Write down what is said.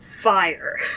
fire